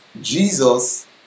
Jesus